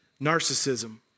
narcissism